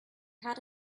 had